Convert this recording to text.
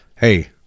hey